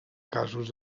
casos